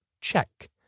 Check